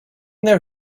their